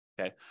okay